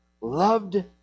loved